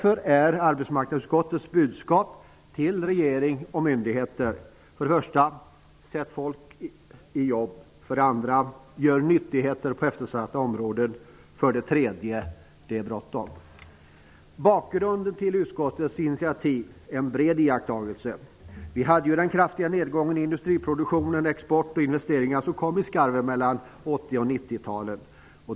Arbetsmarknadsutskottets budskap till regering och myndigheter är för det första: Sätt folk i arbete! För det andra: Gör nyttigheter på eftersatta områden! För det tredje: Det är bråttom! Bakgrunden till utskottets initiativ är en bred iakttagelse. Vi hade en kraftig nedgång i industriproduktion, export och investeringar i skarven mellan 80 och 90-talet.